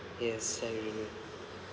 yes I hear you